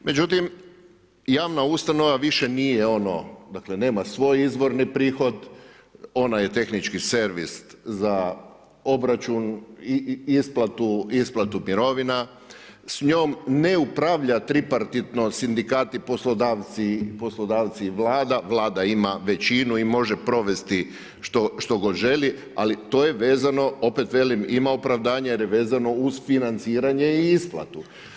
Međutim, javna ustanova više nije ono dakle nema svoj izvorni prihod, ona je tehnički servis za obračun, isplatu mirovina, s njom ne upravlja tripartitno sindikati-poslodavci-Vlada, Vlada ima većinu i može provesti što god želi, ali to je vezano opet velim, ima opravdanje jer je vezano uz financiranje i isplatu.